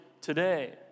today